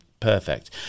perfect